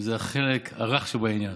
וזה החלק הרך שבעניין.